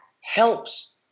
helps